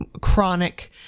chronic